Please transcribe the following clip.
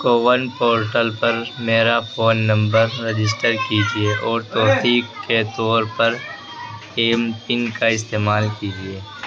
CoWIN portal پر میرا phone number register کیجیے اور توثیق کے طور پر ایم پن کا استعمال کیجیے